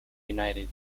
united